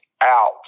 out